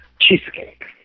cheesecake